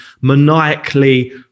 maniacally